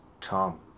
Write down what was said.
Tom